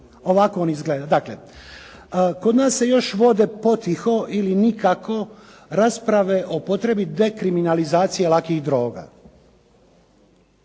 Ovako on izgleda. Dakle, kod nas se još vode potiho ili nikako rasprave o potrebi dekriminalizacije lakih droga.